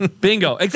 Bingo